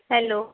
hello